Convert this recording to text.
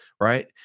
right